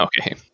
Okay